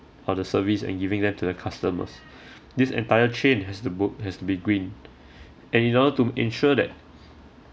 for the service and giving them to their customers this entire chain has to book has to be green and in order to ensure that